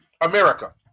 America